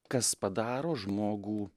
kas padaro žmogų